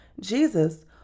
Jesus